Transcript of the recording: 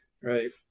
Right